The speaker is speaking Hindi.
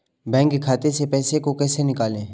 बैंक खाते से पैसे को कैसे निकालें?